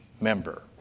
member